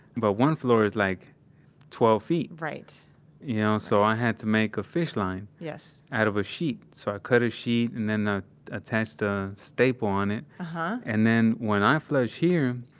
but one floor is like twelve feet right you know, so i had to make a fish line yes out of a sheet. so i cut a sheet and then attached a staple on it. and and then when i flush here,